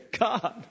God